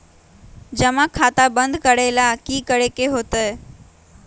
जमा खाता बंद करे ला की करे के होएत?